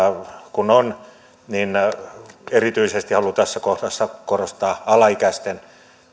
kun tämä on erityisesti haluan tässä kohdassa korostaa alaikäisten